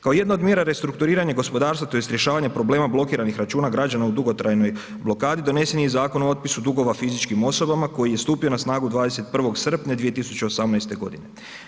Kao jedna od mjera restrukturiranja gospodarstva tj. rješavanje problema blokiranih računa građana u dugotrajnoj blokadi donesen je i Zakon o otpisu dugova fizičkim osobama koji je stupio na snagu 21. srpnja 2018. godine.